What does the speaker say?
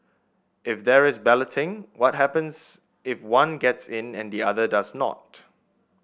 if there is balloting what happens if one gets in and the other does not